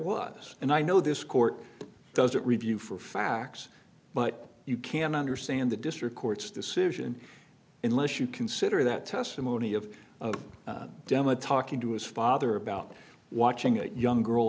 was and i know this court doesn't review for facts but you can understand the district court's decision unless you consider that testimony of damage talking to his father about watching that young girl